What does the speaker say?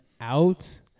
out